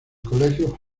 colegio